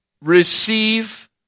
receive